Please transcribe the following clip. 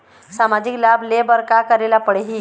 सामाजिक लाभ ले बर का करे ला पड़ही?